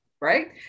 right